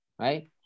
right